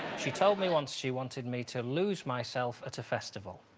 she told me once she wanted me to lose myself at a festival.